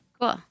Cool